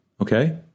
Okay